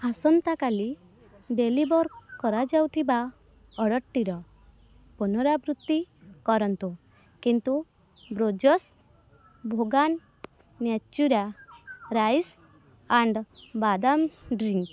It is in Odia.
ଆସନ୍ତା କାଲି ଡେଲିଭର୍ କରାଯାଉଥିବା ଅର୍ଡ଼ର୍ଟିର ପୁନରାବୃତ୍ତି କରନ୍ତୁ କିନ୍ତୁ Borges vegan natura rice and badam drink